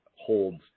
holds